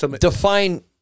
define